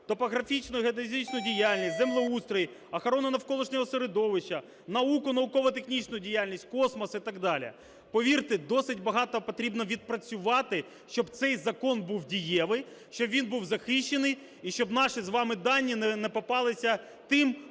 топографічно-геодезичну діяльність, землеустрій, охорону навколишнього середовища, науку і науково-технічну діяльність, космос і так далі. Повірте, досить багато потрібно відпрацювати, щоб цей закон був дієвий, щоб він був захищений і щоб наші з вами дані не попалися тим,